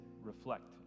reflect